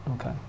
okay